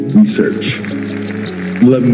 research